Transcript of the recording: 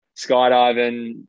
skydiving